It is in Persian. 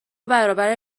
برابر